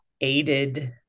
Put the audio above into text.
aided